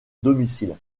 domicile